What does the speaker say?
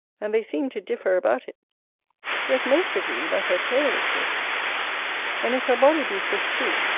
and they seem to differ about it yet most agree that her tail is fish and if her body be fish too,